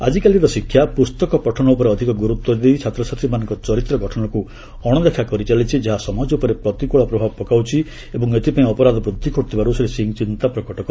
ଆଜିକାଲି ଶିକ୍ଷା ପୁସ୍ତକ ପଠନ ଉପରେ ଅଧିକ ଗୁରୁତ୍ୱ ଦେଇ ଛାତ୍ରଛାତ୍ରୀମାନଙ୍କ ଚରିତ୍ର ଗଠନକୁ ଅଣଦେଖା କରିଚାଲିଛି ଯାହା ସମାଜ ଉପରେ ପ୍ରତିକୂଳ ପ୍ରଭାବ ପକାଉଛି ଏବଂ ଏଥିପାଇଁ ଅପରାଧ ବୃଦ୍ଧି ଘଟୁଥିବାରୁ ଶ୍ରୀ ସିଂ ଚିନ୍ତା ପ୍ରକଟ କରିଛନ୍ତି